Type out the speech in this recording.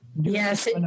Yes